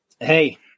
Hey